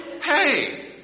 hey